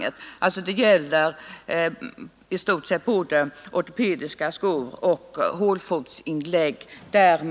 Den reservation som här görs gäller alltså i stort sett både ortopediska skor och hålfotsinlägg.